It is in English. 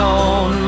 on